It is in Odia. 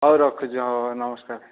ହଉ ରଖୁଛି ହଉ ହଉ ନମସ୍କାର